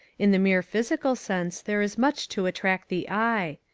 in the mere physical sense there is much to attract the eye.